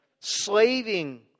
slaving